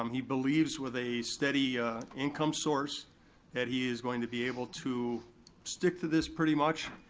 um he believes with a steady income source that he is going to be able to stick to this pretty much,